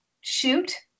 shoot